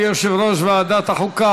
תודה ליושב-ראש ועדת החוקה,